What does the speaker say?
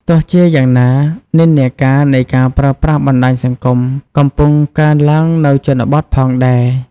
ទោះជាយ៉ាងណា និន្នាការនៃការប្រើប្រាស់បណ្ដាញសង្គមកំពុងកើនឡើងនៅជនបទផងដែរ។